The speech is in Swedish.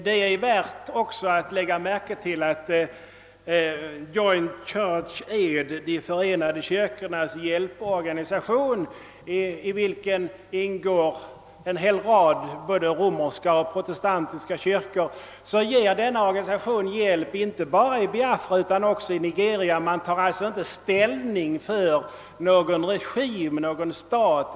Det är värt att uppmärksamma att Joint Church Aid, de förenade kyrkornas hjälporganisation, i vilken ingår en hel rad både romerska och protestantiska kyrkor, inte bara ger hjälp i Biafra utan också i Nigeria. Man tar alltså inte ställning till någon regim eller stat.